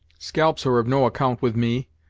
scalps are of no account with me,